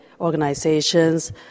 organizations